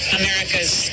america's